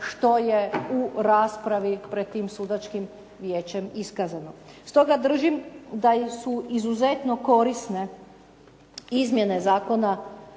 što je u raspravi pred tim sudačkim vijećem iskazano. Stoga držim da su izuzetno korisne izmjene Zakona